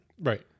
Right